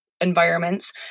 environments